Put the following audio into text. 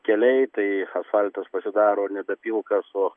keliai tai asfaltas pasidaro nebe pilkas o